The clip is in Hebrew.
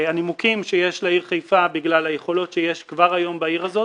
הנימוקים שיש לעיר חיפה בגלל היכולות שיש כבר היום בעיר הזאת,